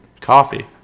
Coffee